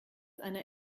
einer